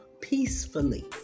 peacefully